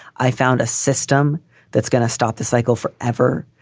i found a system that's going to stop the cycle for ever.